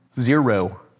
Zero